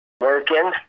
Working